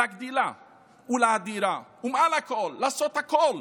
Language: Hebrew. להגדילה ולהאדירה, ומעל הכול, לעשות הכול